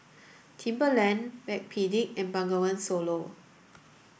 Timberland Backpedic and Bengawan Solo